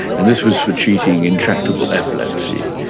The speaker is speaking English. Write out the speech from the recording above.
and this was for cheating intractable epilepsy.